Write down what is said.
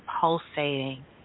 pulsating